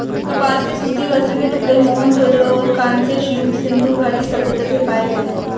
कपास के सूती वस्त्र के टुकड़े मोहनजोदड़ो और कांस्य युग सिंधु घाटी सभ्यता से पाए गए है